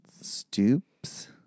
Stoops